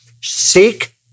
seek